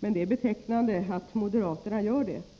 Men det är betecknande att moderaterna gör det.